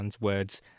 words